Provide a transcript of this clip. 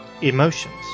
Emotions